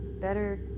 Better